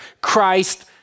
Christ